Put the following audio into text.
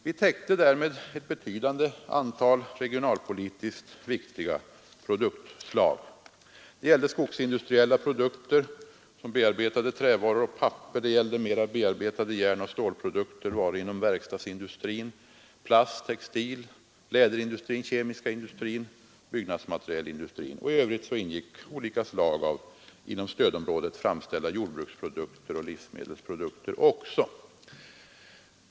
Vi täckte därmed ett betydande antal regionalpolitiskt viktiga produktslag. Det gällde skogsindustriella produkter, som bearbetade trävaror och papper, det gällde mera bearbetade järnoch stålprodukter och varor inom verkstadsindustrin, plast-, textiloch läderindustrin, den kemiska industrin och byggnadsmaterielindustrin. I övrigt ingick också olika slag av inom stödområdet framställda jordbruksprodukter och livsmedelsprodukter.